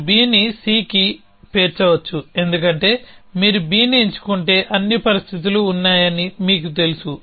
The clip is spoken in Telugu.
మీరు Bని Cకి పేర్చవచ్చు ఎందుకంటే మీరు Bని ఎంచుకుంటే అన్ని పరిస్థితులు ఉన్నాయని మీకు తెలుసు